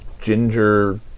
Ginger